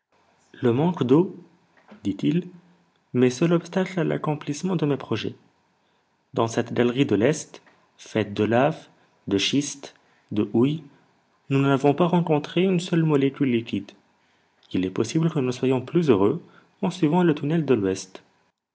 le manque d'eau dit-il met seul obstacle à l'accomplissement de mes projets dans cette galerie de l'est faite de laves de schistes de houilles nous n'avons pas rencontré une seule molécule liquide il est possible que nous soyons plus heureux en suivant le tunnel de l'ouest